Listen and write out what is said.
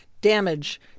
damage